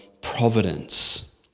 providence